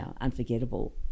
unforgettable